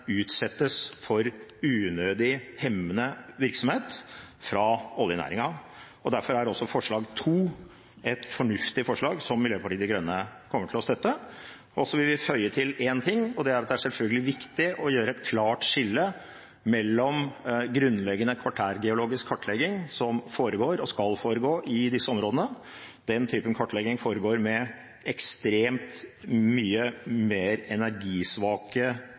utsettes for unødig, hemmende virksomhet fra oljenæringen. Derfor er det forslag 2, et fornuftig forslag, Miljøpartiet De Grønne kommer til å støtte. Så vil jeg føye til én ting, og det er at det selvfølgelig er viktig å gjøre et klart skille mellom grunnleggende kvartærgeologisk kartlegging, som foregår – og skal foregå – i disse områdene. Den typen kartlegging foregår med ekstremt mye mer energisvake